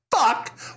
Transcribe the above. fuck